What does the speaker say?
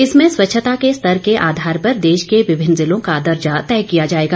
इसमें स्वच्छता के स्तर के आधार पर देश के विभिन्न जिलों का दर्जा तय किया जायेगा